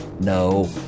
No